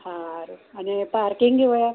હારું અને પાર્કિંગ વ્ય